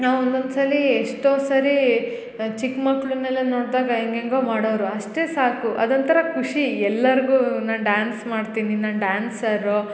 ನಾವು ಒಂದೊಂದು ಸಲಿ ಎಷ್ಟೋ ಸರಿ ಚಿಕ್ಕ ಮಕ್ಕಳನ್ನೆಲ್ಲ ನೋಡ್ದಾಗ ಹೆಂಗೆಂಗೋ ಮಾಡೋರು ಅಷ್ಟೇ ಸಾಕು ಅದೊಂಥರ ಖುಷಿ ಎಲ್ಲಾರ್ಗು ನಾ ಡಾನ್ಸ್ ಮಾಡ್ತೀನಿ ನಾನು ಡಾನ್ಸರು